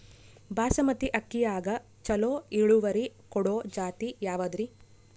ಬಾಸಮತಿ ಅಕ್ಕಿಯಾಗ ಚಲೋ ಇಳುವರಿ ಕೊಡೊ ಜಾತಿ ಯಾವಾದ್ರಿ?